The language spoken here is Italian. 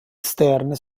esterne